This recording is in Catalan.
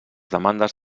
demandes